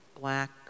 black